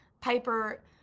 Piper